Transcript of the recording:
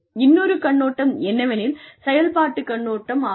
இன்னொரு கண்ணோட்டம் என்னவெனில் செயல்பாட்டுக் கண்ணோட்டம் ஆகும்